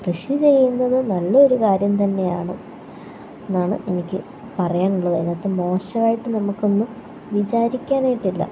അപ്പോൾ കൃഷി ചെയ്യുന്നത് നല്ലൊരു കാര്യം തന്നെയാണ് എന്നാണ് എനിക്ക് പറയാനുള്ളത് അതിനകത്ത് മോശമായിട്ട് നമുക്കൊന്നും വിചാരിക്കാനായിട്ടില്ല